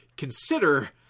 consider